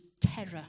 terror